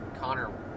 Connor